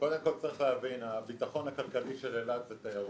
קודם כול צריך להבין שהביטחון הכלכלי של אילת זאת תיירות,